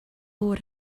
would